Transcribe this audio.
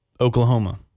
Oklahoma